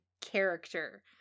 character